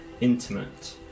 intimate